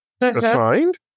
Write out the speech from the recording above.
assigned